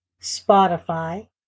Spotify